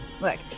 Look